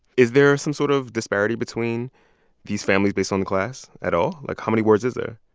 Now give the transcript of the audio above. is there some sort of disparity between these families based on class at all? like, how many words is there?